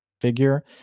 figure